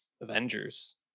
Avengers